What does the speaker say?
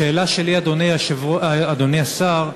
השאלה שלי, אדוני השר: